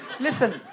Listen